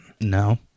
no